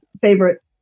favorite